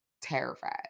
terrified